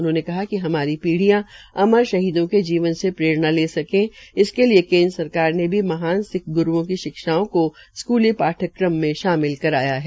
उन्होंने कहा कि हमारी पीढियां अमर शहीदों के जीवन से प्रेरणा ले सकें इसके लिए केंद्र सरकार ने भी महान सिख ग्रुओं की शिक्षाओं को स्कूली पाठ्यक्रम में शामिल करवाया है